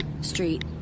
street